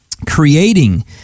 creating